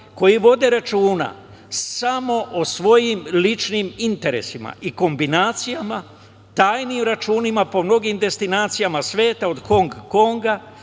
koji vode računa samo o svojim ličnim interesima i kombinacijama, tajnim računima po mnogim destinacijama sveta od Hong Konga,